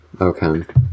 okay